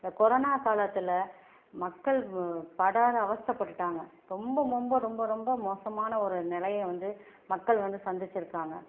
இந்த கொரோனா காலத்தில் மக்கள் படாத அவஸ்த்த பட்டுட்டாங்க ரொம்ப ரொம்ப ரொம்ப ரொம்ப மோசமாக ஒரு நிலையை வந்து மக்கள் வந்து சந்திச்சுருக்காங்க